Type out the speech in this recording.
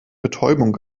betäubung